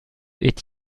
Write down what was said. est